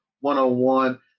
one-on-one